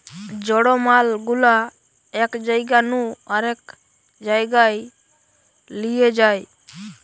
জড় মাল গুলা এক জায়গা নু আরেক জায়গায় লিয়ে যায়